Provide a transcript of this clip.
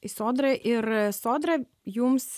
į sodrą ir sodra jums